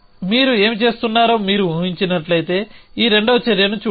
మీరు ఏమి చేస్తున్నారో మీరు ఊహించినట్లయితే ఈ రెండవ చర్యను చూడండి